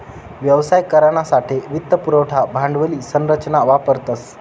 व्यवसाय करानासाठे वित्त पुरवठा भांडवली संरचना वापरतस